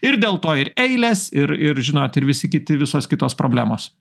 ir dėl to ir eilės ir ir žinot ir visi kiti visos kitos problemos